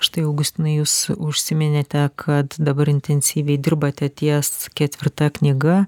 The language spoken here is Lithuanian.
štai augustinai jūs užsiminėte kad dabar intensyviai dirbate ties ketvirta knyga